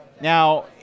Now